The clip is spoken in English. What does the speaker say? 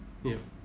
yup